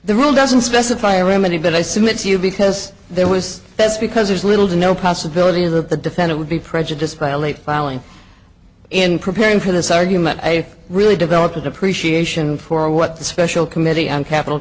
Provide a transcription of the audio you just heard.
the rule doesn't specify remedy but i submit to you because there was that's because there's little to no possibility that the defendant would be prejudiced by a late filing in preparing for this argument i really developed appreciation for what the special committee on capital